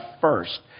first